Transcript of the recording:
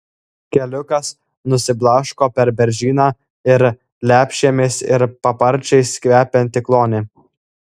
keliukas nusiblaško per beržyną į lepšėmis ir paparčiais kvepiantį klonį